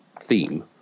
theme